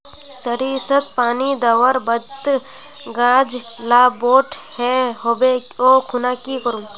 सरिसत पानी दवर बात गाज ला बोट है होबे ओ खुना की करूम?